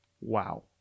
wow